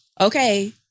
Okay